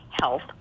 health